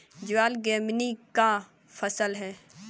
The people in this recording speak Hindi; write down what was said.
ज्वार ग्रैमीनी का फसल है